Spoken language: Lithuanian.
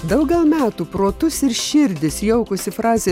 daugel metų protus ir širdis jaukusi frazė